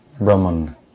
Brahman